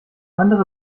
andere